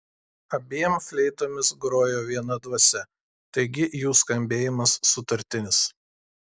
abiem fleitomis grojo viena dvasia taigi jų skambėjimas sutartinis